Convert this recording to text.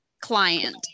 client